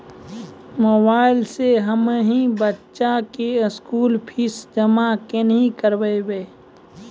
Mobile से हम्मय बच्चा के स्कूल फीस जमा केना करबै?